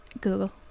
Google